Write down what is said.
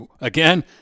Again